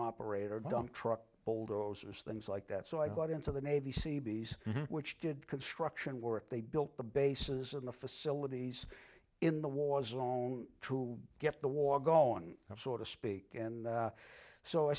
operator don't truck bulldozers things like that so i got into the navy seabees which did construction work they built the bases and the facilities in the war zone to get the war going sort of speak and so i